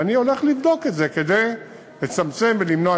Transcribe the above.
ואני הולך לבדוק את זה כדי לצמצם ולמנוע